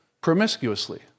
Promiscuously